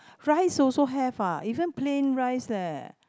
rice also have ah even plain rice leh